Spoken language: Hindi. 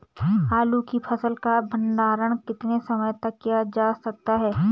आलू की फसल का भंडारण कितने समय तक किया जा सकता है?